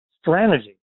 strategy